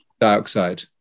dioxide